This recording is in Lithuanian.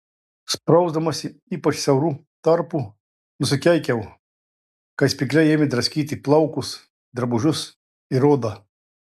sprausdamasi ypač siauru tarpu nusikeikiau kai spygliai ėmė draskyti plaukus drabužius ir odą